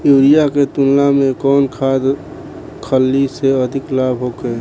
Urea के तुलना में कौन खाध खल्ली से अधिक लाभ होखे?